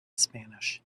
spanish